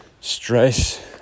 stress